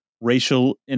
racial